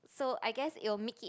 so I guess it'll make it